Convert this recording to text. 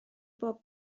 bob